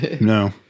no